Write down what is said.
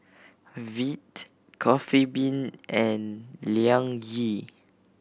Veet Coffee Bean and Liang Yi